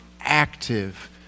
active